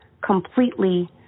completely